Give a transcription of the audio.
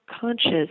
conscious